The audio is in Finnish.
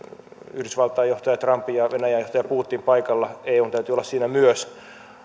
yhdysvaltain johtaja trump ja venäjän johtaja putin paikalla ja eun täytyy olla siinä myös